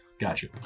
Gotcha